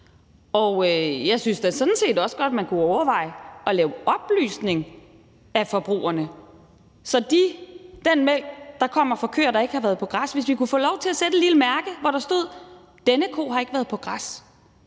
og jeg synes da sådan set også godt, man kunne overveje at lave oplysning af forbrugerne, så hvis vi på den mælk, der kommer fra køer, der ikke har været på græs, kunne få lov til at sætte et lille mærke, hvor der stod, at »denne ko har ikke været på græs«,